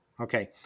Okay